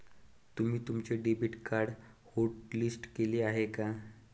तुम्ही तुमचे debit card hotlist केले आहे का?